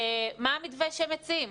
מה המתווה שמציעים?